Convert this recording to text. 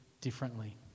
differently